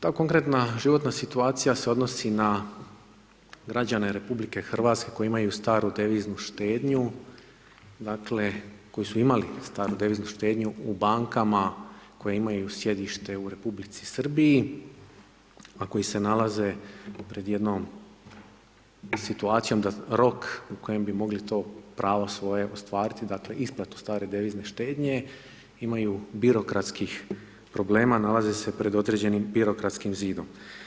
Ta konkretna životna situacija se odnosi na građane RH koji imaju staru deviznu štednju, dakle koji su imali staru deviznu štednju u bankama koje imaju sjedište u Republici Srbiji a koji se nalaze pred jednom situacijom da rok u kojem bi mogli to pravo svoje ostvariti, dakle isplatu stare devizne štednje imaju birokratskih problema, nalaze se pred određenim birokratskim zidom.